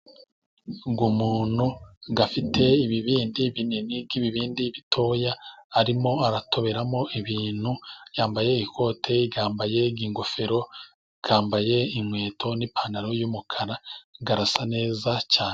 Ngo umuntu afite ibibindi binini n'ibibindi bitoya, arimo aratoberamo ibintu, yambaye ikote yambaye ingofero yambaye inkweto n'ipantaro, y'umukara ngo arasa neza cyane.